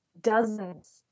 dozens